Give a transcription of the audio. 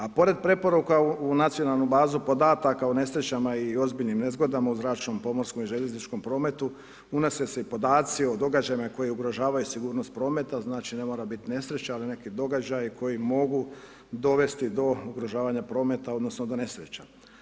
A pored preporuka u nacionalnu bazu podataka o nesrećama i ozbiljnim nezgodama u zračnom, pomorskom i željezničkom prometu, unose se i podaci o događajima koji osiguravaju sigurnost prometa, znači, ne mora biti nesreća, ali neki događaj koji mogu dovesti do ugrožavanja prometa, odnosno, do nesreća.